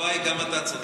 גם אתה צודק.